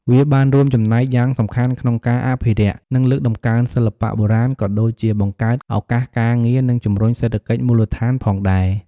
វាបានរួមចំណែកយ៉ាងសំខាន់ក្នុងការអភិរក្ស និងលើកតម្កើងសិល្បៈបុរាណ ក៏ដូចជាបង្កើតឱកាសការងារ និងជំរុញសេដ្ឋកិច្ចមូលដ្ឋានផងដែរ។